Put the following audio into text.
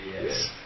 Yes